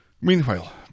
Meanwhile